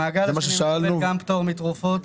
המעגל השני גם מקבל פטור מתרופות,